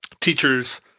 teachers